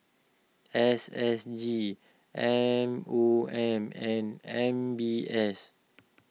S S G M O M and M B S